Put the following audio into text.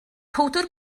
powdr